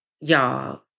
Y'all